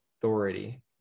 authority